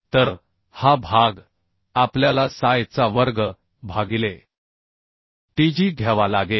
तर हा भाग आपल्याला Ps चा वर्ग i भागिले tg घ्यावा लागेल